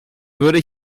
würde